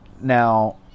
Now